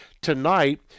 tonight